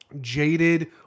jaded